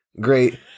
Great